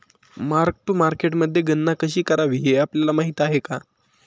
Mark to मार्केटमध्ये गणना कशी करावी हे आपल्याला माहित आहे का?